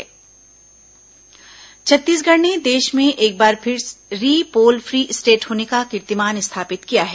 रि पोल free state Chhattisgarh ने देश में एक बार फिर रि पोल फ्री स्टेट होने का कीर्तिमान स्थापित किया है